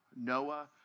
Noah